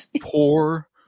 poor